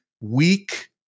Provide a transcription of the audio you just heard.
weak